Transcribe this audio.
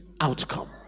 outcome